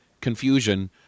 confusion